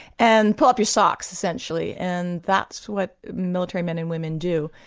and pull up your socks, essentially. and that's what military men and women do.